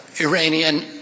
Iranian